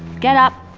get up.